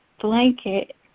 blanket